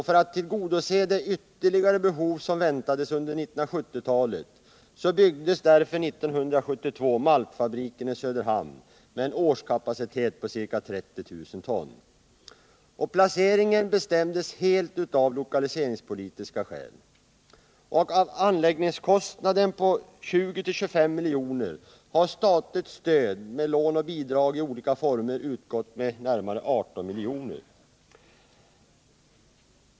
För att tillgodose det ytterligare behov som väntades under 1970-talet byggdes 1972 maltfabriken i Söderhamn med en årskapacitet på ca 30 000 ton. Placeringen bestämdes helt av lokaliseringspolitiska skäl. Av anläggningskostnaden på 20-25 milj.kr. har statligt stöd — lån och bidrag i olika former — utgått med närmare 18 milj.kr.